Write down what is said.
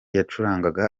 yacurangaga